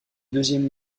deuxième